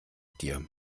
dir